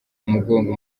umugongo